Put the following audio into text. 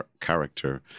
character